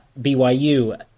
byu